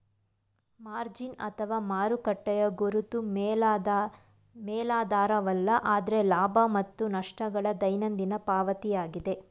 margin ಅಥವಾ ಮಾರುಕಟ್ಟೆಯ ಗುರುತು ಮೇಲಾಧಾರವಲ್ಲ ಆದ್ರೆ ಲಾಭ ಮತ್ತು ನಷ್ಟ ಗಳ ದೈನಂದಿನ ಪಾವತಿಯಾಗಿದೆ